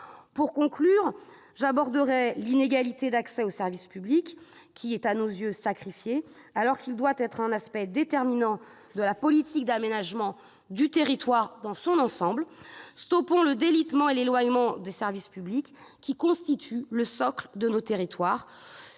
Pour conclure, j'aborderai l'inégalité d'accès aux services publics. Ces derniers sont, à nos yeux, sacrifiés, alors qu'ils doivent être un aspect déterminant de la politique d'aménagement du territoire dans son ensemble. Stoppons le délitement et l'éloignement des services publics, qui constituent le socle de nos territoires